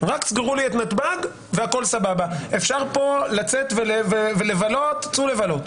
רק תסגרו את נתב"ג והכול סבבה, צאו לבלות.